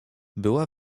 była